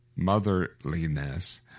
motherliness